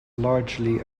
largely